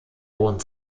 hohen